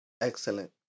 Excellent